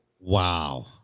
wow